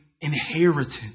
inheritance